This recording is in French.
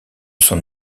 son